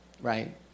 right